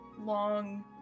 long